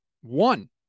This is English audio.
One